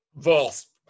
False